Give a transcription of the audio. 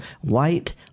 white